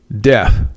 death